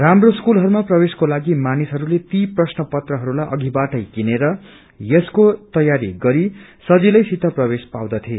राम्रो स्कूलहरूमा प्रवेशको लागि मानिसहरूले ती प्रश्नपत्रहरूलाई अषिबाटै किनेर यसको लयारी गरी सजिलैसित प्रवेश पाउँदथे